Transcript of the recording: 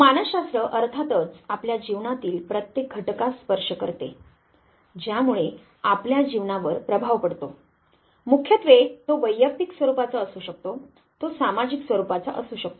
मानसशास्त्र अर्थातच आपल्या जीवनातील प्रत्येक घटकास स्पर्श करते ज्यामुळे आपल्या जीवनावर प्रभाव पडतो मुख्यत्वे तो वैयक्तिक स्वरूपाचा असू शकतो तो सामाजिक स्वरूपाचा असू शकतो